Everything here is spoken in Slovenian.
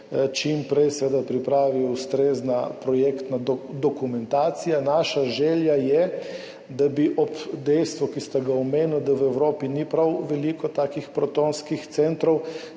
čim prej seveda pripravi ustrezna projektna dokumentacija. Naša želja je, da bi ob dejstvu, ki ste ga omenili, da v Evropi ni prav veliko takih protonskih centrov,